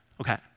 Okay